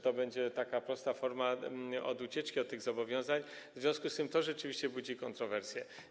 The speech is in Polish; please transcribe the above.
To może być taka prosta forma ucieczki od tych zobowiązań, w związku z tym to rzeczywiście budzi kontrowersje.